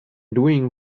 doing